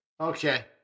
Okay